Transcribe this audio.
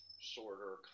sorter